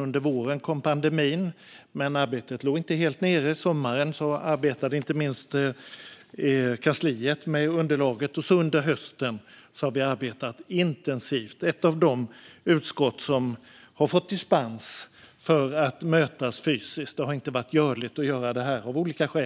Under våren kom pandemin, men arbetet låg inte helt nere. Under sommaren jobbade inte minst kansliet med underlaget. Under hösten har vi så arbetat intensivt. Vi är ett av de utskott som har fått dispens för att mötas fysiskt. Det har av olika skäl inte varit möjligt att göra